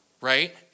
Right